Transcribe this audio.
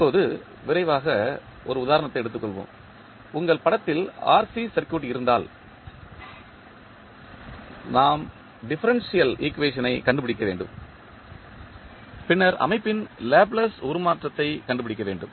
இப்போது விரைவாக உதாரணத்தை எடுத்துக்கொள்வோம் உங்கள் படத்தில் RC சர்க்யூட் இருந்தால் நாங்கள் நாம் டிஃபரண்டியல் ஈக்குவேஷன் ஐக் கண்டுபிடிக்க வேண்டும் பின்னர் அமைப்பின் லாப்லேஸ் உருமாற்றம் கண்டுபிடிக்க வேண்டும்